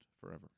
forever